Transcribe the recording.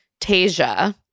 Tasia